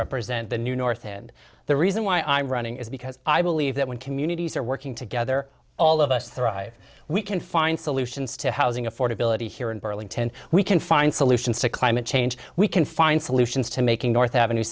represent the new north and the reason why i'm running is because i believe that when communities are working together all of us thrive we can find solutions to housing affordability here in burlington we can find solutions to climate change we can find solutions to making north avenue